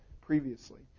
previously